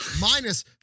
minus